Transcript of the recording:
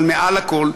אבל מעל הכול,